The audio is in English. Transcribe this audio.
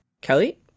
Kelly